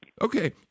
Okay